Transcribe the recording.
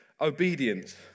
obedience